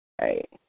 Right